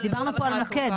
דיברנו פה על מוקד.